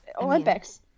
Olympics